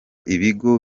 ibigo